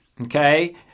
Okay